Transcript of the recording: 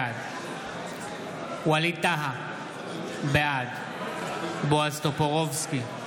בעד ווליד טאהא, בעד בועז טופורובסקי,